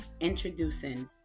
Introducing